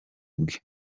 bwe